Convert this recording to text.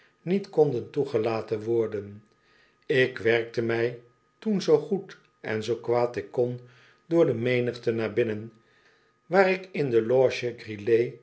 niet konden toegelaten worden ik werkte mij toen zoo goed en zoo kwaad ik kon door de menigte naar binnen waar ik in de